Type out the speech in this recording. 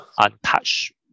untouched